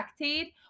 lactate